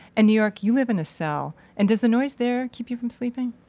and new york, you live in a cell. and does the noise there keep you from sleeping?